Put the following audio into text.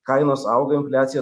kainos auga infliacija